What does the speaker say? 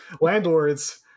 landlords